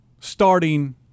starting